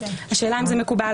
כפי עשיתי בהצעות חוק אחרות,